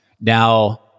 Now